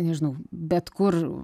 nežinau bet kur